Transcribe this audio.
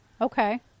Okay